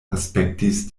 aspektis